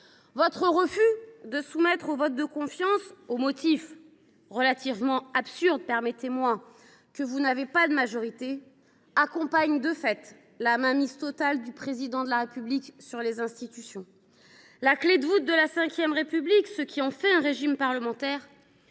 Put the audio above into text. Votre refus de vous soumettre au vote de confiance, au motif relativement absurde que vous n’avez pas de majorité, va de pair avec la mainmise totale du Président de la République sur les institutions. La clé de voûte de la V République, ce qui fait d’elle un régime parlementaire,